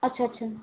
अच्छा अच्छा